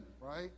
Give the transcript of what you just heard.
right